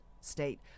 State